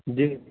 جی